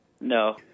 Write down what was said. No